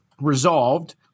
Resolved